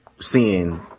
seeing